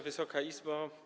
Wysoka Izbo!